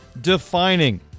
defining